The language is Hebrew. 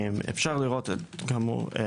כאמור,